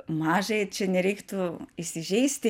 mažąjį čia nereiktų įsižeisti